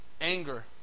anger